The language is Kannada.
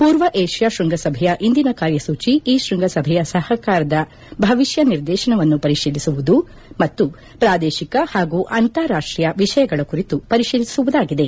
ಪೂರ್ವ ಏಷ್ಯಾ ಶೃಂಗಸಭೆಯ ಇಂದಿನ ಕಾರ್ಯಸೂಚಿ ಈ ಶೃಂಗಸಭೆಯ ಸಹಕಾರದ ಭವಿಷ್ಣ ನಿರ್ದೇಶನವನ್ನು ಪರಿಶೀಲಿಸುವುದು ಮತ್ತು ಪ್ರಾದೇಶಿಕ ಹಾಗೂ ಅಂತಾರಾಷ್ಷೀಯ ವಿಷಯಗಳ ಕುರಿತು ಪರಿಶೀಲಿಸುವುದಾಗಿದೆ